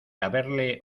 haberle